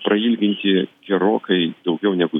prailginti gerokai daugiau negu